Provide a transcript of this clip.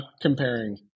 comparing –